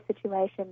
situation